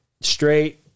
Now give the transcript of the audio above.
straight